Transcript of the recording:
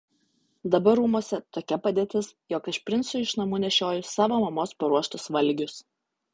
dabar rūmuose tokia padėtis jog aš princui iš namų nešioju savo mamos paruoštus valgius